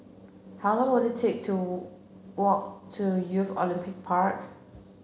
how long will it take to walk to Youth Olympic Park